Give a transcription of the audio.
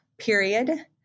period